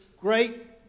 great